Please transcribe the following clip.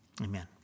Amen